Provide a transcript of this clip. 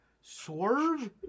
Swerve